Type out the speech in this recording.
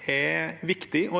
er viktig